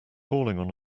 calling